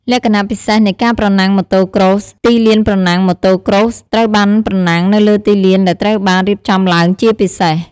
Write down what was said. លក្ខណៈពិសេសនៃការប្រណាំង Motocross ទីលានប្រណាំង: Motocross ត្រូវបានប្រណាំងនៅលើទីលានដែលត្រូវបានរៀបចំឡើងជាពិសេស។